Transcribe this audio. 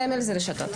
סמל זה רשתות.